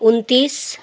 उन्तिस